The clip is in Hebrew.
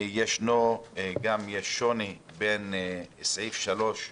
בנוסף, יש שוני בין סעיף (3)